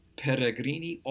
peregrini